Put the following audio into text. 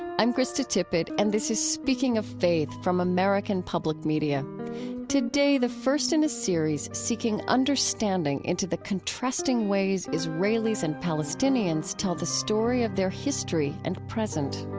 i'm krista tippett, and this is speaking of faith from american public media today, the first in a series seeking understanding into the contrasting ways israelis and palestinians tell the story of their history and present